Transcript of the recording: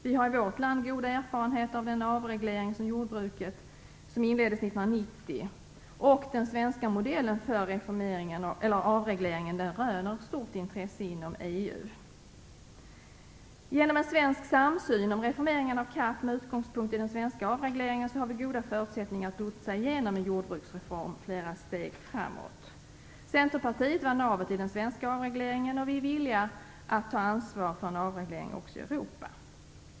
Vi har i vårt land goda erfarenheter av den avreglering av jordbruket som inleddes 1990, och den svenska modellen för avreglering röner stort intresse inom EU. Genom en svensk samsyn på reformeringen av CAP, med utgångspunkt i den svenska avregleringen, har vi goda förutsättningar att lotsa en jordbruksreform flera steg framåt. Centerpartiet var navet i den svenska avregleringen, och vi är villiga att ta ansvar för en avreglering också i Europa.